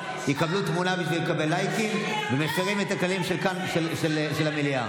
נעמה, תתביישי לך.